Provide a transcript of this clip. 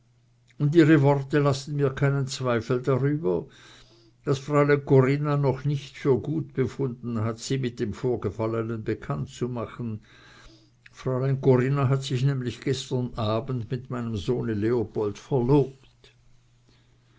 und ihre worte lassen mir keinen zweifel darüber daß fräulein corinna noch nicht für gut befunden hat sie mit dem vorgefallenen bekannt zu machen fräulein corinna hat sich nämlich gestern abend mit meinem sohne leopold verlobt